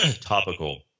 topical